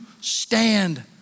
stand